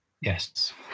Yes